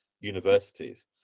universities